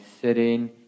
sitting